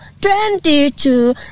twenty-two